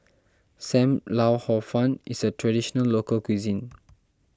Sam Lau Hor Fun is a Traditional Local Cuisine